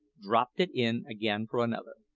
dropped it in again for another.